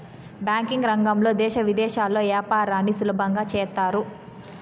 banking రంగంలో దేశ విదేశాల్లో యాపారాన్ని సులభంగా చేత్తారు